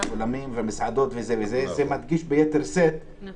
זה מדגיש ביתר שאת מה